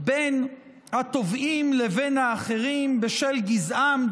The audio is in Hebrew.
בין התובעים לבין האחרים בשל גזעם,